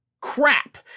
crap